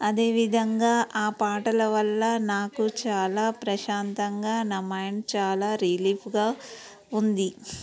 అదేవిధంగా ఆ పాటల వల్ల నాకు చాలా ప్రశాంతంగా నా మైండ్ చాలా రిలీఫ్గా ఉంది